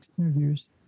interviews